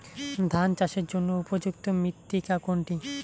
ধান চাষের জন্য উপযুক্ত মৃত্তিকা কোনটি?